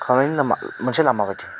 खालायनो लामा मोनसे लामा बायदि